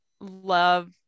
love